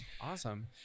awesome